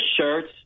shirts